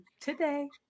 today